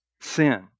sin